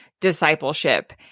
discipleship